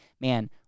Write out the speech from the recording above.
man